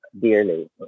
dearly